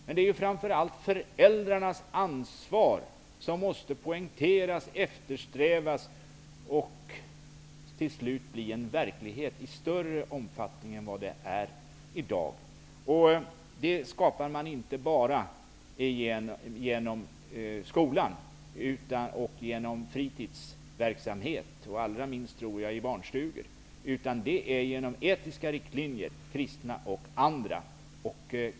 Men det är framför allt föräldrarnas ansvar som måste poängteras och eftersträvas och till slut bli verklighet i större utsträckning än vad den är i dag. Det skapar man inte bara genom skola och fritidsverksamhet, allra minst i barnstugor, utan med etiska riktlinjer, kristna och andra.